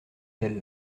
celle